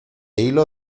hilo